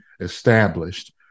established